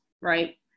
right